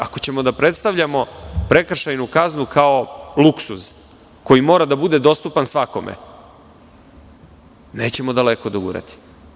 Ako ćemo da predstavljamo prekršajnu kaznu kao luksuz koji mora da bude dostupan svakom, nećemo daleko dogurati.